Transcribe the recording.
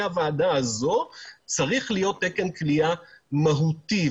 הוועדה הזאת צריך להיות תקן כליאה מהותי.